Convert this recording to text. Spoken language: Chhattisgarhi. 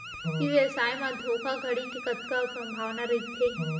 ई व्यवसाय म धोका धड़ी के कतका संभावना रहिथे?